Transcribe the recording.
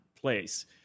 place